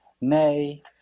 Nay